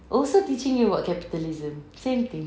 also teaching you about capitalism same thing